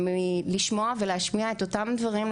לשמוע ולהשמיע את אותם דברים.